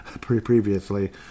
previously